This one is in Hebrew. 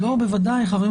בוודאי, חברים.